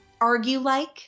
argue-like